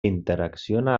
interacciona